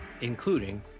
including